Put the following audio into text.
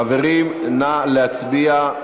חברים, נא להצביע.